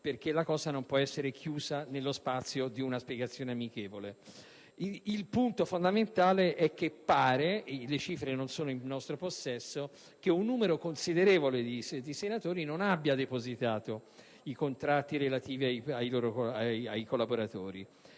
perché non può essere chiusa nello spazio di una spiegazione amichevole. Pare - le cifre non sono in nostro possesso - che un numero considerevole di senatori non abbia depositato i contratti relativi ai collaboratori.